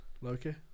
Loki